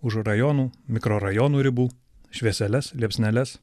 už rajonų mikrorajonų ribų švieseles liepsneles